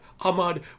Ahmad